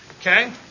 Okay